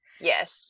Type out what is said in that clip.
Yes